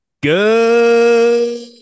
Good